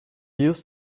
use